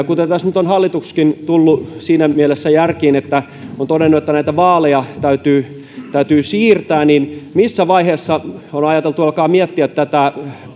kun tässä nyt on hallituskin tullut siinä mielessä järkiin että on todennut että näitä vaaleja täytyy täytyy siirtää niin missä vaiheessa on on ajateltu alkaa miettiä tätä